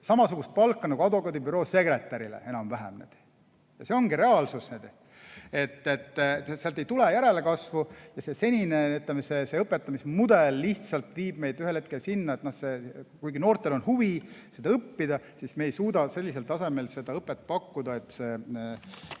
Samasugust palka nagu advokaadibüroos sekretärile enam-vähem. See ongi reaalsus. Sealt ei tule järelkasvu ja senine õpetamismudel lihtsalt viib meid ühel hetkel sinna, et kuigi noortel on huvi seda õppida, me ei suuda seda õpet pakkuda